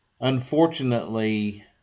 Unfortunately